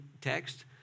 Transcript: text